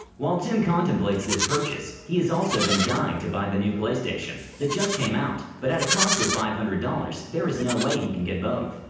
while tim contemplates this purchase, he has also been dying to buy the new playstation that just came out but at a cost of five hundred dollars there is no way he can get both.